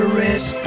risk